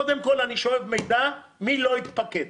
קודם כול אני שואב מידע מי לא התפקד.